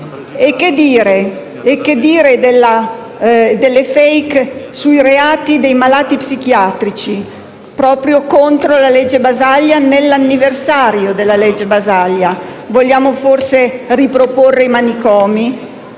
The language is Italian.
E che dire delle *fake news* sui reati dei malati psichiatrici, proprio contro la legge Basaglia, nel suo anniversario? Vogliamo forse riproporre i manicomi?